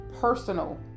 personal